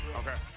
okay